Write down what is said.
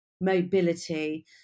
mobility